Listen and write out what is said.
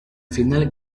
final